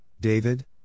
David